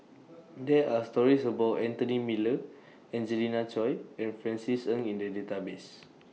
There Are stories about Anthony Miller Angelina Choy and Francis Ng in The Database